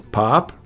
pop